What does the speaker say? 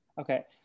Okay